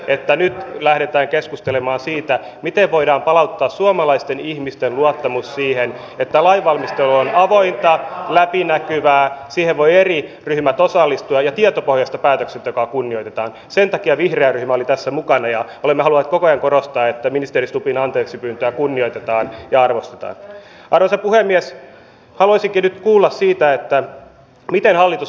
se lehtijuttu mihin viittasin oli maaseudun tulevaisuuden juttu jossa tuotiin esille se että tällä hetkellä on jo hyvin monella suomalaisella maatilalla töissä ulkomaalaisia työntekijöitä ihan sen takia että suomalaisia työntekijöitä ei saada niihin todella rankkoihin töihin esimerkiksi karjatiloille pitkiä työpäiviä tekemään aamulla aikaisin illalla myöhään eikä myöskään näille marjanviljelytiloille